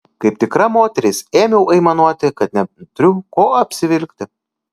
kaip tikra moteris ėmiau aimanuoti kad neturiu ko apsivilkti